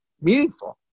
meaningful